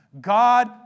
God